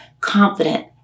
confident